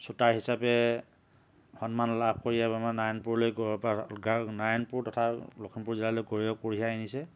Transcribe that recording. শ্বোটাৰ হিচাপে সন্মান লাভ কৰি আমাৰ নাৰায়ণপুৰলৈ তথা নাৰায়ণপুৰ তথা লখিমপুৰ জিলালৈ গৌৰৱ কঢ়িয়াই আনিছে